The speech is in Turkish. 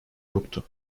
yoktu